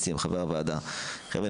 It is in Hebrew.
חברים,